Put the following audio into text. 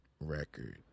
record